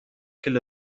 کیلو